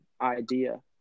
idea